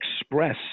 express